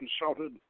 consulted